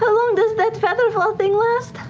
ah long does that feather fall thing last,